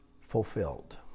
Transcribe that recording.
Fulfilled